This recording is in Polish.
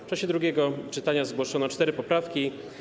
W czasie drugiego czytania zgłoszono cztery poprawki.